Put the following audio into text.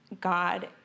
God